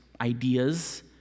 ideas